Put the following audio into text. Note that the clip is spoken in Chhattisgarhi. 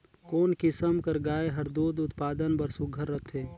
कोन किसम कर गाय हर दूध उत्पादन बर सुघ्घर रथे?